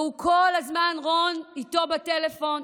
ורון כל הזמן איתו בטלפון,